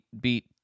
beat